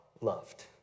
loved